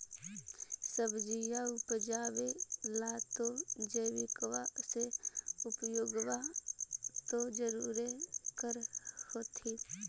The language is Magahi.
सब्जिया उपजाबे ला तो जैबिकबा के उपयोग्बा तो जरुरे कर होथिं?